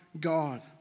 God